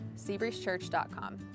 seabreezechurch.com